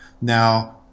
now